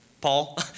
Paul